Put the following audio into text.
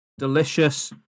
Delicious